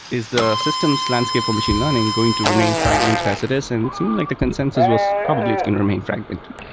is the systems landscape for machine learning going to remain fragmented as it is? and it seems like the consensus was probably it's going to remain fragmented.